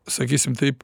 sakysim taip